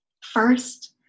First